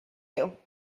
you